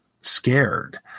scared